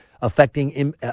affecting